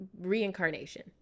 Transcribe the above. reincarnation